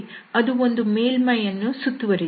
ಅದು ಒಂದು ಮೇಲ್ಮೈಯನ್ನು ಸುತ್ತುವರಿದಿದೆ